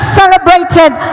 celebrated